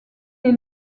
est